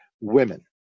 women